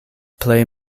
plej